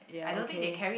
ya okay